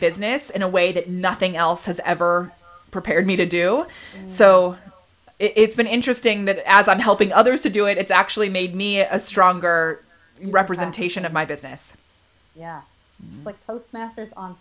business in a way that nothing else has ever prepared me to do so it's been interesting that as i'm helping others to do it it's actually made me a stronger representation of my business yeah